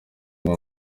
umwe